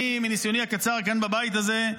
מניסיוני הקצר כאן בבית הזה,